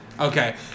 Okay